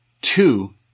two